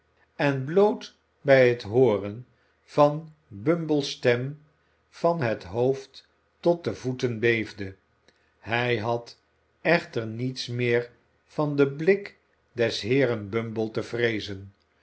en bloot bij het hooren van bumble's stem van het hoofd tot de voeten beefde hij had echter niets meer van den blik des heeren bumble te vreezen